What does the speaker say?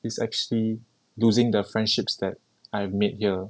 is actually losing the friendships that I have made here